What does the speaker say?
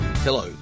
Hello